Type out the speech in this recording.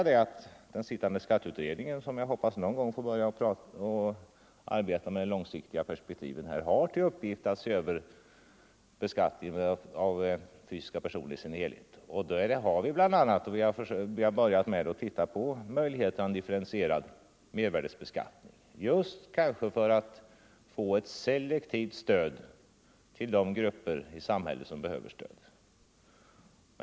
Den sittande skatteutredningen, som jag hoppas någon gång skall få börja arbeta med de långsiktiga perspektiven, har till uppgift att se över beskattningen av fysiska personer i dess helhet. Vi har bl.a. börjat se på möjligheterna att införa en differentierad mervärdebeskattning just för att få ett selektivt stöd till de grupper i samhället som behöver stöd.